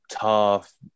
tough